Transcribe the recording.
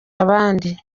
abandi